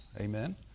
Amen